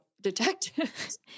detectives